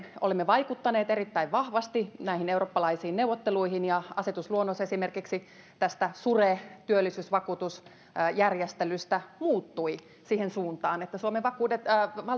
olemme vaikuttaneet erittäin vahvasti näihin eurooppalaisiin neuvotteluihin ja asetusluonnos esimerkiksi tästä sure työllisyysvakuutusjärjestelystä muuttui siihen suuntaan että suomen